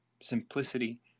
Simplicity